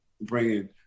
bringing